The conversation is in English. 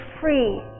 free